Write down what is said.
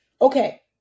Okay